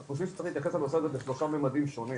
אנחנו חושב שאנחנו צריכים להתייחס לזה בשלושה ממדים שונים,